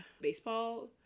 baseball